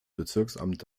bezirksamt